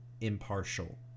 impartial